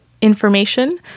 information